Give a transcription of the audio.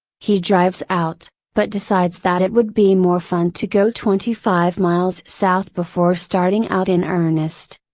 he drives out, but decides that it would be more fun to go twenty five miles south before starting out in earnest.